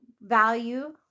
value